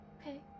okay